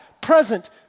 present